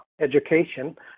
education